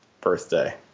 birthday